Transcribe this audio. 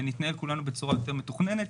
כך נתנהל כולנו בצורה יותר מתוכננת.